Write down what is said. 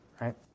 right